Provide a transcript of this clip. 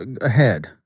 ahead